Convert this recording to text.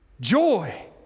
joy